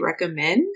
recommend